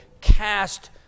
cast